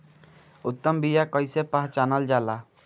उत्तम बीया कईसे पहचानल जाला?